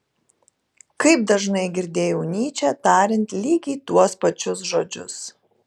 kaip dažnai girdėjau nyčę tariant lygiai tuos pačius žodžius